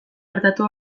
artatu